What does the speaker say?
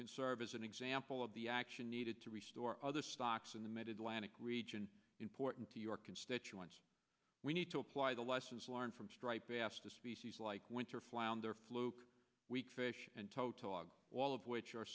can serve as an example of the action needed to restore other stocks in the mid atlantic region important to your constituents we need to apply the lessons learned from striped bass to species like winter flounder fluke week fish and total logs all of which are